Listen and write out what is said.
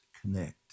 connect